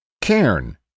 Cairn